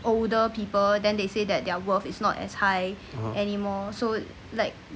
(uh huh)